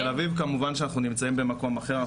אז בתל אביב, כמובן שאנחנו נמצאים במקום אחר.